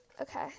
Okay